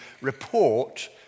report